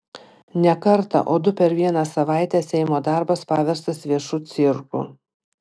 ne kartą o du per vieną savaitę seimo darbas paverstas viešu cirku